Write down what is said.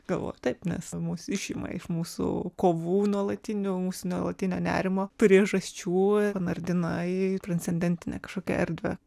galvoju taip nes mus išima iš mūsų kovų nuolatinių mūsų nuolatinio nerimo priežasčių ir nardina į transendentinę kažkokią erdvę